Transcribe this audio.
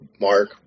Mark